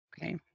okay